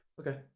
Okay